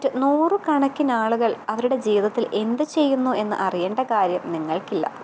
മറ്റ് നൂറുകണക്കിന് ആളുകൾ അവരുടെ ജീവിതത്തിൽ എന്തുചെയ്യുന്നു എന്ന് അറിയേണ്ട കാര്യം നിങ്ങൾക്കില്ല